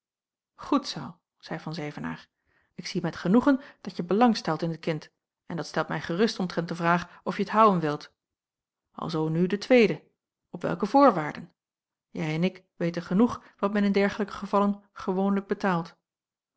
goed zoo zeî van zevenaer ik zie met genoegen dat je belang stelt in het kind en dat stelt mij gerust omtrent de vraag of je t houen wilt alzoo nu de tweede op welke voorwaarden jij en ik weten genoeg wat men in dergelijke gevallen gewoonlijk betaalt